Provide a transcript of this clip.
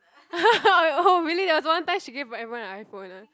oh really there was one time she give everyone an iPhone ah